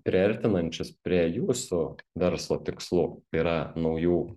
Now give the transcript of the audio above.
priartinančius prie jūsų verslo tikslų tai yra naujų